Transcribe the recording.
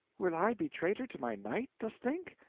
will i be traitor to my knight, dost think?